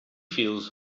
feels